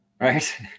right